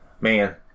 Man